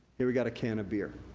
here we got a can of beer.